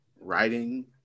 writing